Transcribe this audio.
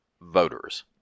voters